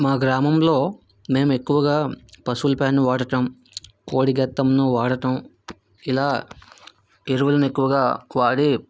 మా గ్రామంలో మేము ఎక్కువగా పశువుల పేడను వాడటం కోడి గత్యంను వాడటం ఇలా ఎరువులని ఎక్కువగా వాడి